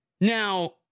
Now